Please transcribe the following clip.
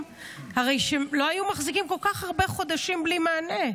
לא הייתה מחזיקה כל כך הרבה חודשים בלי מענה.